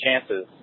chances